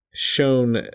shown